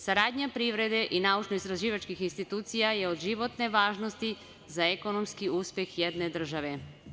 Saradnja privrede i naučno-istraživačkih institucija je od životne važnosti za ekonomski uspeh jedne države.